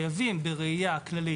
חייבים בראייה כללית,